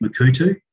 Makutu